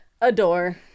Adore